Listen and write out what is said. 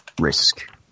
risk